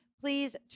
Please